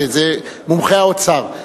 וזה מומחי האוצר.